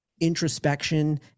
introspection